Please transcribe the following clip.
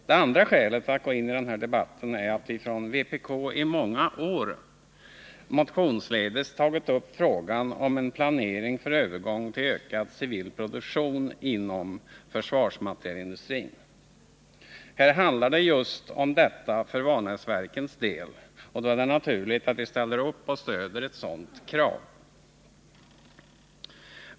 Det andra skälet för mig att gå in i denna debatt är att vi från vpk i många år motionsledes tagit upp frågan om en planering för övergång till ökad civil produktion inom försvarsmaterielindustrin. Här handlar det just om detta för Vanäsverkens del, och det är då naturligt att vi ställer upp och stöder ett sådant krav.